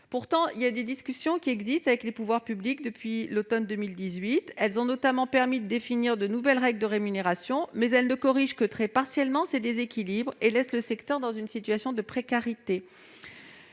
Pourtant, des discussions existent avec les pouvoirs publics depuis l'automne 2018 ; elles ont notamment permis de définir de nouvelles règles de rémunération, mais elles ne corrigent que très partiellement ces déséquilibres et laissent le secteur dans une situation de précarité.